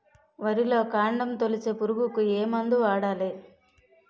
వరిలో కాండము తొలిచే పురుగుకు ఏ మందు వాడాలి?